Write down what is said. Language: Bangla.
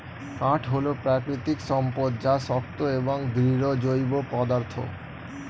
কাঠ হল প্রাকৃতিক সম্পদ যা শক্ত এবং দৃঢ় জৈব পদার্থ